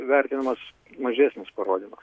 vertinamas mažesnis parodymas